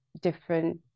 different